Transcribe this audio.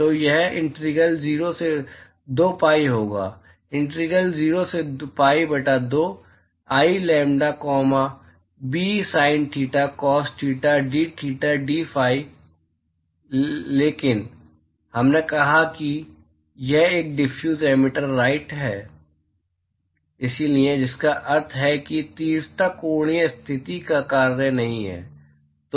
तो यह इंटीग्रल 0 से 2 pi होगा इंटीग्रल 0 से pi बटा 2 I lambda comma B sin theta cos theta d theta d phi लेकिन हमने कहा कि यह एक डिफ्यूज एमिटर राइट है इसलिए जिसका अर्थ है कि तीव्रता कोणीय स्थिति का कार्य नहीं है